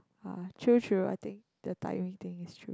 ah true true I think the timing thing is true